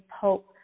Pope